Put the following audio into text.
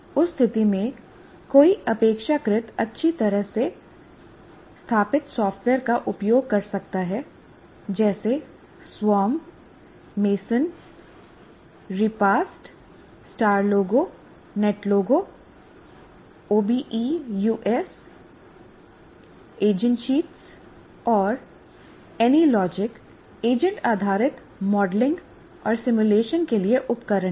उस स्थिति में कोई अपेक्षाकृत अच्छी तरह से स्थापित सॉफ़्टवेयर का उपयोग कर सकता है जैसे Swarm MASON Repast StarLogo NetLogo OBEUS AgentSheets और एनीलॉजिक एजेंट आधारित मॉडलिंग और सिमुलेशन के लिए उपकरण हैं